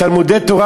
בתלמודי-תורה,